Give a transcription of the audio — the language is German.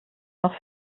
noch